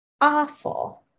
awful